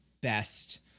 best